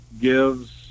gives